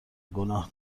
گناه